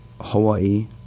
Hawaii